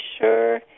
sure